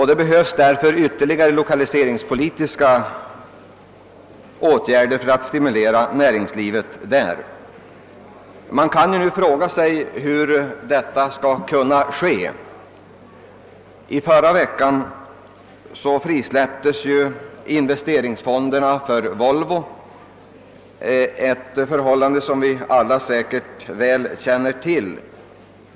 Det behövs därför ytterligare lokaliseringspolitiska åtgärder för att stimulera näringslivet i skogslänen. Man frågar sig hur detta skall kunna ske. I förra veckan frisläpptes investeringsfonderna för AB Volvo, ett förhållande som vi säkerligen alla väl känner till.